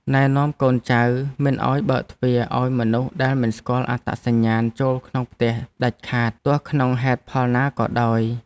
ណែនាំកូនចៅមិនឱ្យបើកទ្វារឱ្យមនុស្សដែលមិនស្គាល់អត្តសញ្ញាណចូលក្នុងផ្ទះដាច់ខាតទោះក្នុងហេតុផលណាក៏ដោយ។